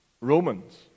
Romans